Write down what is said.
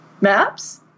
maps